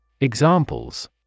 Examples